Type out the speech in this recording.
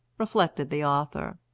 reflected the author.